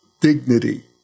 dignity